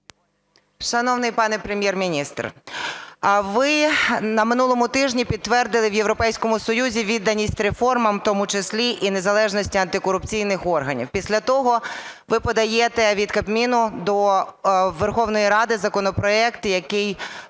Шановний пане Прем’єр-міністр, ви на минулому тижні підтвердили в Європейському Союзі відданість реформам, в тому числі і незалежності антикорупційних органів. Після того ви подаєте від Кабміну до Верховної Ради законопроект, який прямо